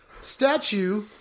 statue